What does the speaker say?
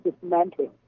dismantling